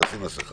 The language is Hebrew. תשים מסכה.